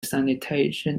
sanitation